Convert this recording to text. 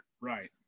Right